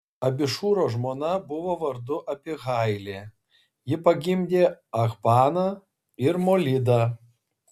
abišūro žmona buvo vardu abihailė ji pagimdė achbaną ir molidą